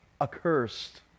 accursed